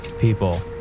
people